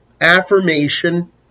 affirmation